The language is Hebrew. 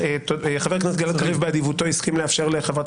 חבר הכנסת גלעד קריב באדיבותו הסכים לאפשר לחברת